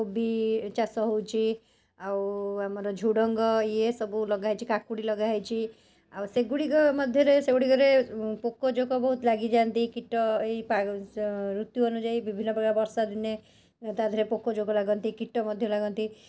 କାରଣ ରସ ବାସନରେ ଭାତ ଗୁଡ଼ିକ ଭଲ ହୁଏ ରସ ବାସନରେ ଯେଉଁ ଭାତ ବସାନ୍ତି ସେଗୁଡ଼ିକ ଗୋଟା ଗୋଟା ହୁଏ ଆଗ କାଳରେ ଚୂଲିରେ ଯେଉଁ ବସାଉଥିଲେ ସେମାନେ ରସ ବାସନ ବହୁତ ବ୍ୟବହାର କରୁଥିଲେ ସେଥିପାଇଁ ଏବେକା ଏବେ ମଧ୍ୟ ଆମେ ମାନେ ରୋଷେଇ କଲାବେଳେ ଆମେ ରସ ବାସନରେ ହିଁ ଭାତ ବସାଇଥାଉ